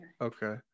okay